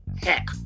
heck